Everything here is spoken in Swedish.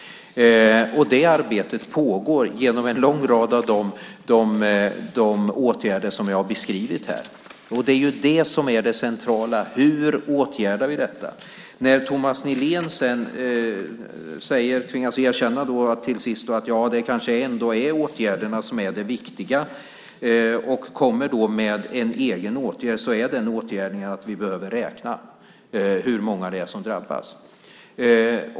Det arbetet pågår genom en lång rad åtgärder som jag har beskrivit. Det centrala är ju hur vi åtgärdar detta. När Thomas Nihlén till slut tvingas erkänna att det kanske ändå är åtgärderna som är det viktiga och kommer med en egen åtgärd är den åtgärden att vi behöver räkna hur många som drabbas.